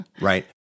right